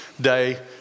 day